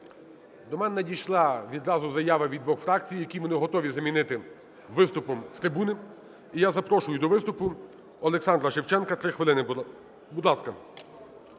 До мене надійшла відразу заява від двох фракцій, які вони готові замінити виступом з трибуни. І я запрошую до виступу Олександра Шевченка, 3 хвилини. Будь ласка.